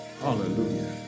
Hallelujah